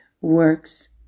works